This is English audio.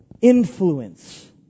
influence